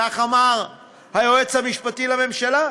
כך אמר היועץ המשפטי לממשלה,